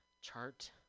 chart